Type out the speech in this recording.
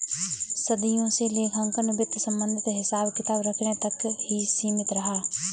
सदियों से लेखांकन वित्त संबंधित हिसाब किताब रखने तक ही सीमित रहा